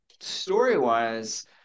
Story-wise